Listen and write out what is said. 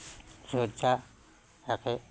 ধ্বজা থাকে